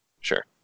Sure